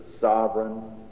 sovereign